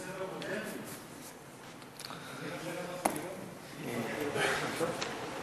"לוסטיג"